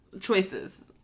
choices